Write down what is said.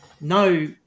No